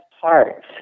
parts